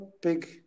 big